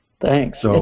Thanks